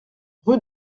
rue